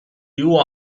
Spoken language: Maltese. huwa